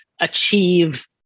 achieve